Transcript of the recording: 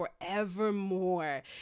forevermore